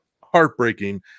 heartbreaking